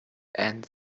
and